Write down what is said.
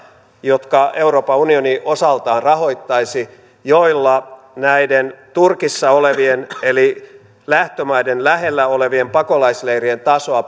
jotka euroopan unioni osaltaan rahoittaisi ja joilla näiden turkissa eli lähtömaiden lähellä olevien pakolaisleirien tasoa